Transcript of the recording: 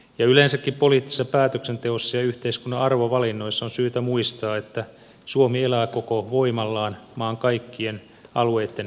yleensäkin poliittisessa päätöksenteossa ja yhteiskunnan arvovalinnoissa on syytä muistaa että suomi elää koko voimallaan maan kaikkien alueitten yhteisellä voimalla